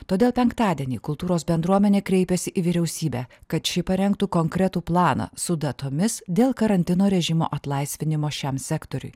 todėl penktadienį kultūros bendruomenė kreipėsi į vyriausybę kad ši parengtų konkretų planą su datomis dėl karantino režimo atlaisvinimo šiam sektoriui